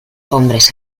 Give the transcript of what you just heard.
hombres